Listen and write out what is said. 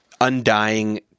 undying